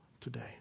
today